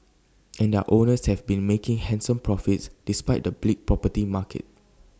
and their owners have been making handsome profits despite the bleak property market